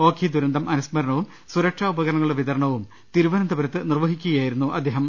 ഓഖി ദുരന്തം അനുസ്മരണവും സുരക്ഷാ ഉപകരണങ്ങളുടെ വിതര ണവും തിരുവനന്തപുരത്ത് നിർവഹിക്കുകയായിരുന്നു അദ്ദേഹം